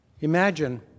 imagine